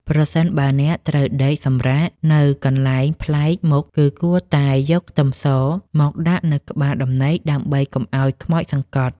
ប្រសិនបើអ្នកត្រូវដេកសម្រាកនៅកន្លែងប្លែកមុខគឺគួរតែយកខ្ទឹមសមកដាក់នៅក្បាលដំណេកដើម្បីកុំឱ្យខ្មោចសង្កត់។